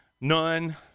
none